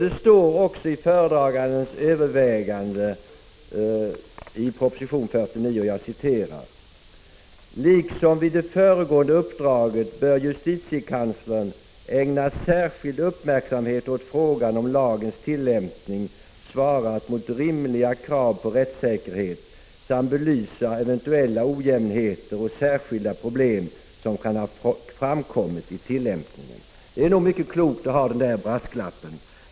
Det står också i föredragandens övervägande i proposition 49: ”Liksom vid det föregående uppdraget bör JK ägna särskild uppmärksamhet åt frågan om lagens tillämpning svarat mot rimliga krav på rättssäkerhet samt belysa eventuella ojämnheter och särskilda problem som kan ha framkommit i tillämpningen.” Det är nog mycket klokt att ha den här brasklappen.